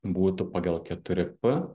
būtų pagal keturi p